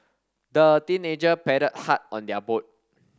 the teenager paddled hard on their boat